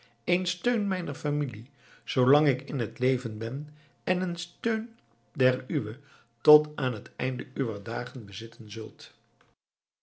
een steun mijner familie zoolang ik in t leven ben en een steun der uwe tot aan t einde uwer dagen bezitten zult